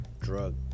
drug